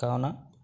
కావున